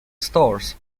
stores